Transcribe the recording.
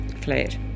Flat